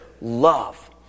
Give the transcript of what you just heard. love